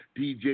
DJ